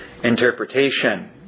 interpretation